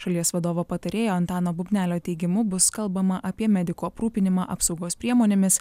šalies vadovo patarėjo antano bubnelio teigimu bus kalbama apie medikų aprūpinimą apsaugos priemonėmis